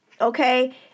Okay